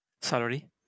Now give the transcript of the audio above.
salary